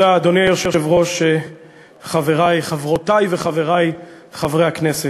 אדוני היושב-ראש, תודה, חברותי וחברי חברי הכנסת,